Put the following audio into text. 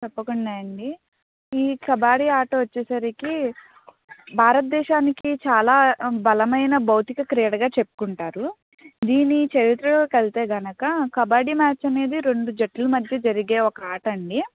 తప్పకుండా అండీ ఈ కబడ్డీ ఆట వచ్చేసరికి భారతదేశానికి చాలా బలమైన భౌతిక క్రీడగా చెప్పుకుంటారు దీని చరిత్రలోకెళ్తే గనుక కబడ్డీ మ్యాచ్ అనేది రెండు జట్ల మధ్య జరిగే ఒక ఆటండీ